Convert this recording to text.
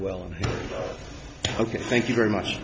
well ok thank you very much